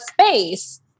space